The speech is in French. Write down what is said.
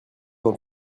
dans